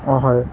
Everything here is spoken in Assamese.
অঁ হয়